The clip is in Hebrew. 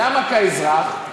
למה "כאזרח"?